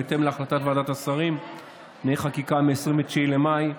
בהתאם להחלטת ועדת השרים לענייני חקיקה מ-29 במאי,